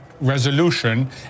resolution